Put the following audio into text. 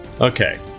Okay